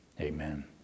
Amen